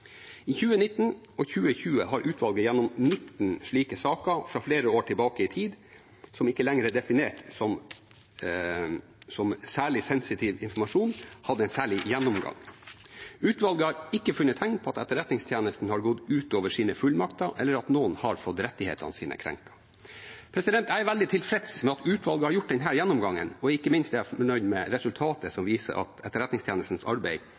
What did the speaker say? I 2019 og 2020 har utvalget i 19 slike saker, fra flere år tilbake i tid, som ikke lenger er definert som særlig sensitiv informasjon, hatt en særlig gjennomgang. Utvalget har ikke funnet tegn på at Etterretningstjenesten har gått ut over sine fullmakter, eller at noen har fått rettighetene sine krenket. Jeg er veldig tilfreds med at utvalget har gjort denne gjennomgangen, og ikke minst er jeg fornøyd med resultatet, som viser at Etterretningstjenestens arbeid